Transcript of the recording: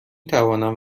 توانم